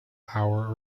hour